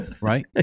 right